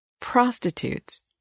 prostitutes